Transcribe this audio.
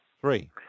Three